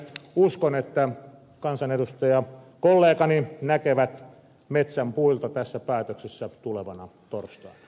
uskon että kansanedustajakollegani näkevät metsän puilta tässä päätöksessä tulevana torstaina